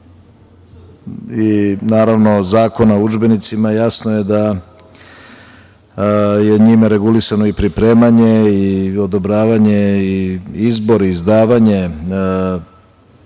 i, naravno, Zakona o udžbenicima jasno je da je njime regulisano i pripremanje i odobravanje i izbor, izdavanje,